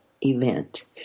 event